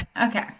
Okay